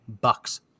bucks